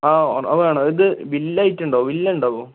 ആ വേണം ഇത് വില്ല ആയിട്ട് ഉണ്ടാകുമോ വില്ല ഉണ്ടാകുമോ